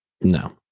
No